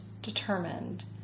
determined